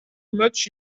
much